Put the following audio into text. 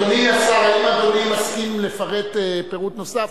אדוני השר, האם אדוני מסכים לפרט פירוט נוסף?